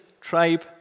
tribe